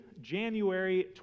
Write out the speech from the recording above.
January